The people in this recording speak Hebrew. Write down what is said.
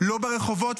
לא ברחובות,